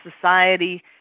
society